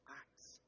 acts